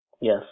Yes